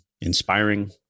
inspiring